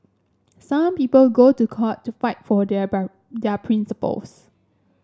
some people go to court to fight for their their principles